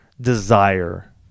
desire